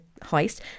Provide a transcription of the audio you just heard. heist